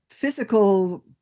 physical